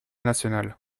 nationale